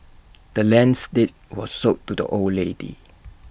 the land's deed was sold to the old lady